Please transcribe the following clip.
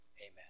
Amen